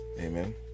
Amen